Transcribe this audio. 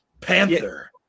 Panther